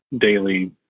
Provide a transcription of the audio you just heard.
daily